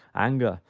anger,